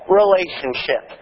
relationship